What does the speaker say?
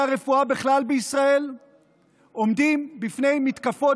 הרפואה בכלל בישראל עומדים בפני מתקפות